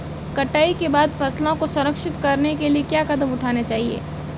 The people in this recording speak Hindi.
कटाई के बाद फसलों को संरक्षित करने के लिए क्या कदम उठाने चाहिए?